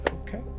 okay